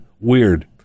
weird